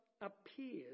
appears